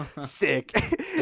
sick